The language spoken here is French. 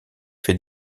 fait